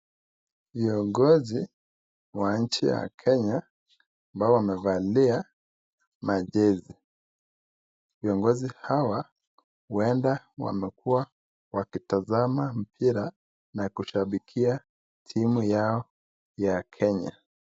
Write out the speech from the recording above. Viongozi wa nchi ya kenya ambao wamevalia majezi. Viongozi hawa huenda wamekuwa wakitazama mpira na kushabikia timu yao ya kenya.